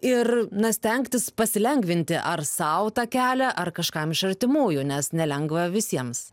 ir na stengtis pasilengvinti ar sau tą kelią ar kažkam iš artimųjų nes nelengva visiems